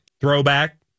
Throwback